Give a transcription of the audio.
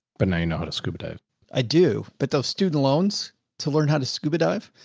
but now you know how to scuba dive i do. but those student loans to learn how to scuba dive.